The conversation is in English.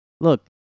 Look